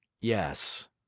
Yes